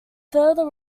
further